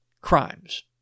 crimes